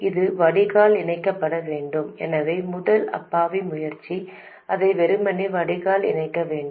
இது வடிகால் இணைக்கப்பட வேண்டும் எனவே முதல் அப்பாவி முயற்சி அதை வெறுமனே வடிகால் இணைக்க வேண்டும்